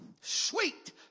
sweet